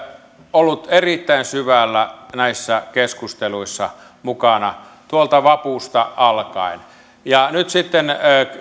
ollut erittäin syvällä mukana näissä keskusteluissa tuolta vapusta alkaen ja nyt sitten